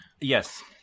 Yes